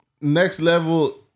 next-level